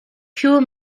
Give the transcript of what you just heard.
pure